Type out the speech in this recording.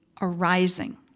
arising